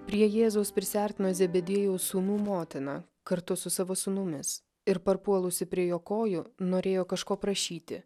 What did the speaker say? prie jėzaus prisiartino zebediejaus sūnų motina kartu su savo sūnumis ir parpuolusi prie jo kojų norėjo kažko prašyti